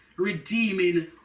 redeeming